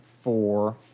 four